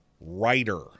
writer